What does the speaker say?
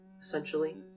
essentially